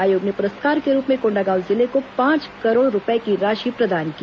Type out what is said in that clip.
आयोग ने पुरस्कार के रूप में कोण्डागांव जिले को पांच करोड़ रूपए की राशि प्रदान की